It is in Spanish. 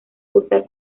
cursar